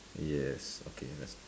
yes okay